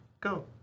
go